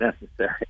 necessary